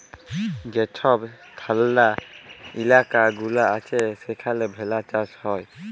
যে ছব ঠাল্ডা ইলাকা গুলা আছে সেখালে ভেড়া চাষ হ্যয়